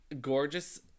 Gorgeous